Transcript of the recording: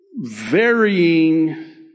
varying